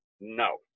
no